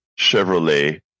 Chevrolet